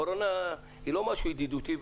הקורונה היא לא משהו ידידותי,